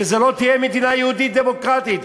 שזו לא תהיה מדינה יהודית דמוקרטית.